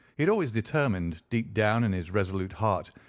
had always determined, deep down in his resolute heart,